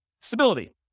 Stability